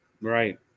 Right